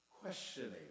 Questioning